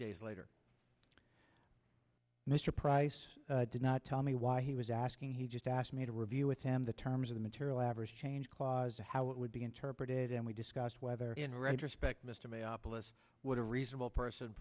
days later mr price did not tell me why he was asking he just asked me to review with him the terms of the material average change clause and how it would be interpreted and we discussed whether in retrospect mr may aapl as would a reasonable person